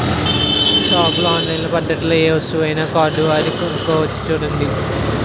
షాపుల్లో ఆన్లైన్ పద్దతిలో ఏ వస్తువునైనా కార్డువాడి కొనుక్కోవచ్చు చూడండి